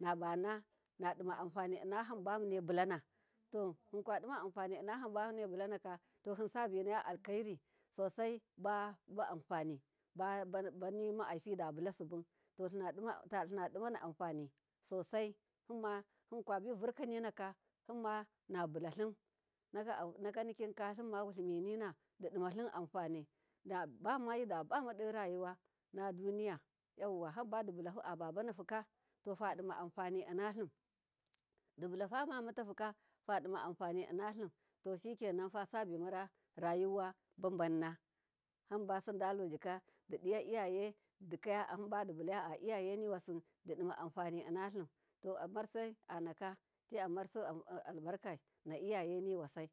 Nabana nadima anfani innahamba mune bulana to himkwadima anfani innaham bamune bulanaka, to hinsabinaya alkairi baanfani banimahaifi dabulasibu to linadimani afani sosai hinbo hinkwabi burkanina kanabulalim nainnikinkani limmadi dimalim anfani, na bamu waiba bamaderayuwa naduniya hambadibulahu babanahuba tefadima anfan innalim dibulafa mama tahuka fadima anfani innalim to shikenan fasabi mara rayuwa babanna, hamba simdalujika diya iyaye dikaya hambadi bulaya iyaye niwasi didima anfani innalim amar sai anaka amarsu albarkai nai yaye niwasai,